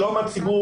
שלום הציבור